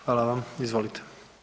Hvala vam, izvolite.